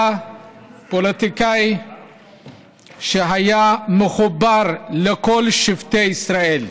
הוא היה פוליטיקאי שהיה מחובר לכל שבטי ישראל.